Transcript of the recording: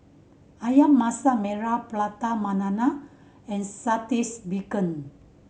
Ayam Masak Merah Prata Banana and Saltish Beancurd